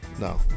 No